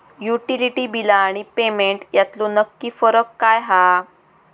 Utility बिला आणि payment यातलो नक्की फरक काय हा?